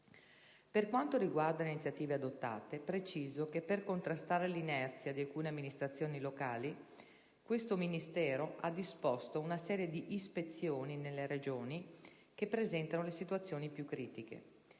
Per quanto riguarda le iniziative adottate, preciso che, per contrastare l'inerzia di alcune amministrazioni locali, questo Ministero ha disposto una serie di ispezioni nelle Regioni che presentano le situazioni più critiche.